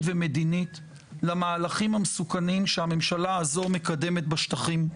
ומדינית למהלכים המסוכנים שהממשלה הזו מקדמת בשטחים.